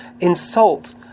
insult